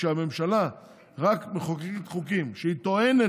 כשהממשלה רק מחוקקת חוקים שהיא טוענת